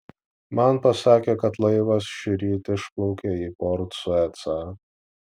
man pasakė kad laivas šįryt išplaukė į port suecą